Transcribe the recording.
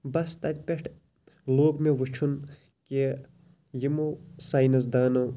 بَس تتہِ پٮ۪ٹھ لوٚگ مےٚ وُچھُن کہِ یِمو ساینَس دانو